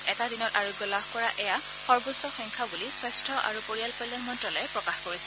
এটা দিনত আৰোগ্য লাভ কৰা এয়া সৰ্বোচ্চ সংখ্যা বুলি স্বাস্থ্য আৰু পৰিয়াল কল্যাণ মন্তালয়ে প্ৰকাশ কৰিছে